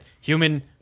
human